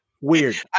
Weird